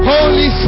Holy